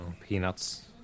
peanuts